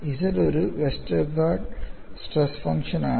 Z ഒരു Westergaard stress ഫംഗ്ഷനാണ്